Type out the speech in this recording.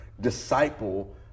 disciple